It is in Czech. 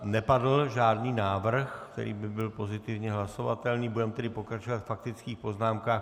Nepadl žádný návrh, který by byl pozitivně hlasovatelný, budeme tedy pokračovat ve faktických poznámkách.